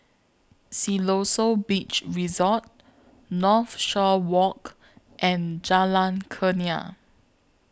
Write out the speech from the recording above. Siloso Beach Resort Northshore Walk and Jalan Kurnia